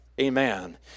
Amen